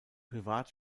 privat